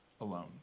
alone